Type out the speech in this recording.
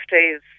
days